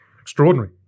extraordinary